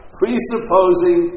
presupposing